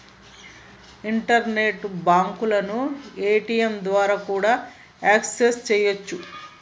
internet బ్యాంకులను ఏ.టీ.యంల ద్వారా కూడా యాక్సెస్ చెయ్యొచ్చు